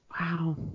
wow